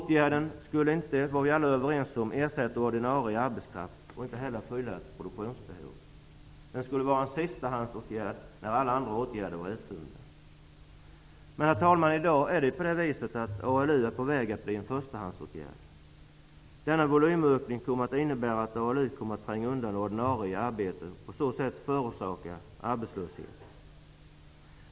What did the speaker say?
Åtgärden skulle inte -- det var alla överens om -- ersätta ordinarie arbetskraft och inte heller fylla ett produktionsbehov. Den skulle vara en sistahandsåtgärd när alla andra åtgärder var uttömda. I dag är ALU på väg att bli en förstahandsåtgärd. Denna volymökning kommer att innebära att ALU kommer att tränga undan ordinarie arbeten och på så sätt förorsaka arbetslöshet.